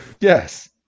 Yes